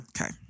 Okay